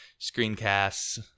screencasts